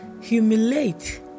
humiliate